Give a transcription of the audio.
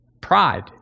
pride